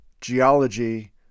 geology